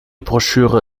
broschüre